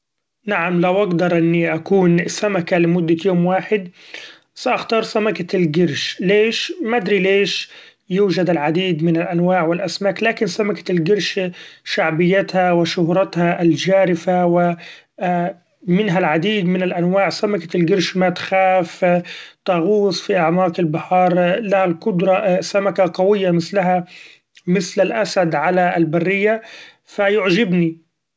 نعم لو أقدر اني أكون سمكة لمدة يوم واحد سأختار سمكة القرش ليش مدري ليش ؛ يوجد العديد من الأنواع و الأسماك لكن سمكة القرش شعبيتها و شهرتها الجارفة منها العديد من الأنواع سمكة القرش ما تخاف ، تغوص في أعماق البحار لها القدرة سمكة قوية مثلها مثل الأسد علي البرية ف يعجبني.